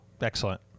Excellent